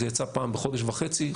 זה יצא פעם בחודש וחצי-חודשיים,